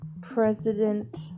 President